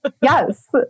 Yes